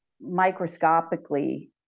microscopically